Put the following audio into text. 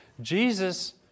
Jesus